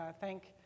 thank